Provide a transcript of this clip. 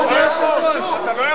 אתה לא יכול.